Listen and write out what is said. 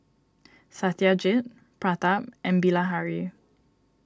Satyajit Pratap and Bilahari